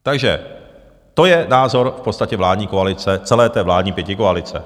Takže to je názor v podstatě vládní koalice, celé té vládní pětikoalice.